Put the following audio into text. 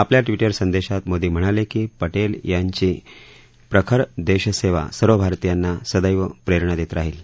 आपल्या ट्विटर संदेशात मोदी म्हणाले की पटेल यांची प्रखर देशसेवा सर्व भारतीयांना सदैव प्रेरणा देत राहील